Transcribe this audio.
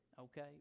Okay